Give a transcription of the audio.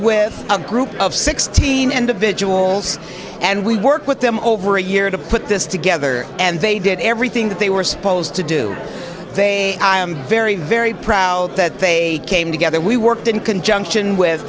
with a group of sixteen and a vigils and we work with them over a year to put their together and they did everything that they were supposed to do they i am very very proud that they came together we worked in conjunction with